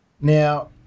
Now